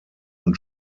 und